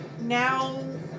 now